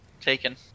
taken